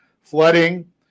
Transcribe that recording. flooding